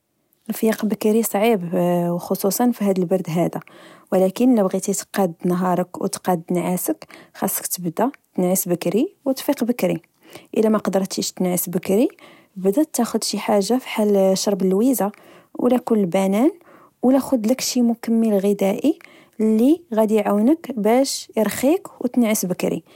الفياق بكري صعيب خصوصا فهاد بالبرد هدا ، ولكن إلى بغيتي تقاد نهارك و تقاد نعاسك، خاصك تبدى تنعس بكري وتفيق بكري، إلى مقدرتيش تنعس بكري بدا تاخد شحاحة فحال شرب اللويزة أولا كوا البنان أولى خود ليك شي مكمل غدائي اللي غدي إعاونك باش يرخيك وتنعس بكري